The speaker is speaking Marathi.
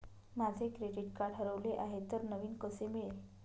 माझे क्रेडिट कार्ड हरवले आहे तर नवीन कसे मिळेल?